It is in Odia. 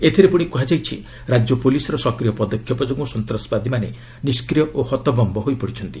ଏଥିରେ ପୁଣି କୁହାଯାଇଛି ରାଜ୍ୟ ପୁଲିସ୍ର ସକ୍ରିୟ ପଦକ୍ଷେପ ଯୋଗୁଁ ସନ୍ତାସବାଦୀମାନେ ନିଷ୍କ୍ରିୟ ଓ ହତବମ୍ବ ହୋଇପଡ଼ିଛନ୍ତି